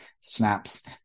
snaps